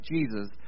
Jesus